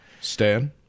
Stan